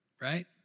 Right